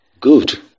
good